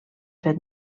fet